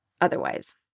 otherwise